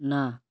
ନା